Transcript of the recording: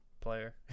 player